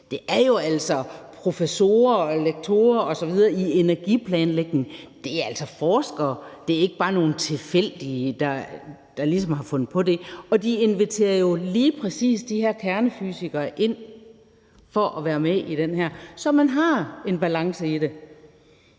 Det er jo altså professorer og lektorer osv. i energiplanlægning. Det er altså forskere; det er ikke bare nogle tilfældige, der ligesom har fundet på det. Og de inviterer jo lige præcis de her kernefysikere ind, for at de kan være med i det her, så man har en balance i det.